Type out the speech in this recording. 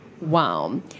Wow